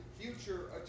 future